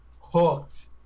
hooked